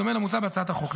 בדומה למוצע בהצעת החוק.